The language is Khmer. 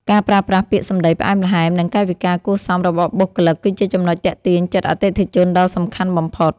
ការប្រើប្រាស់ពាក្យសម្តីផ្អែមល្ហែម និងកាយវិការគួរសមរបស់បុគ្គលិក គឺជាចំណុចទាក់ទាញចិត្តអតិថិជនដ៏សំខាន់បំផុត។